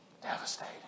Devastated